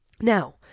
Now